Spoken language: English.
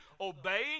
obeying